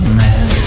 men